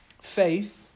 faith